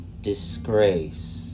disgrace